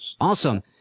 Awesome